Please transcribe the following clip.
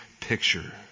picture